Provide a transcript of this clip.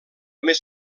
més